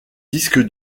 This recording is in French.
disque